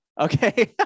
Okay